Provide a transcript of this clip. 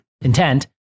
intent